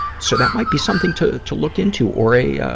so that might be something to, to look into. or a, ah,